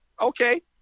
Okay